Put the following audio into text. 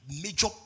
major